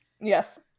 Yes